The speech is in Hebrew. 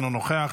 אינו נוכח,